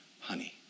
honey